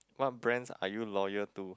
what brands are you loyal to